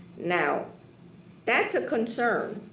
now that's a concern.